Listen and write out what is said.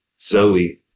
Zoe